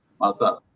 Masa